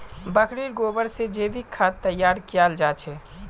बकरीर गोबर से जैविक खाद तैयार कियाल जा छे